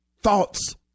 thoughts